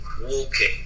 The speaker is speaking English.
walking